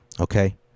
Okay